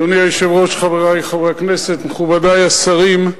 אדוני היושב-ראש, חברי חברי הכנסת, מכובדי השרים,